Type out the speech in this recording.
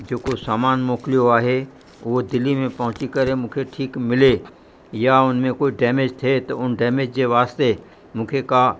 जेको सामानु मोकिलियो आहे उहो दिल्ली में पहुची करे मूंखे ठीकु मिले या उन में कोई डैमेज थिए त उन डैमेज जे वास्ते मूंखे का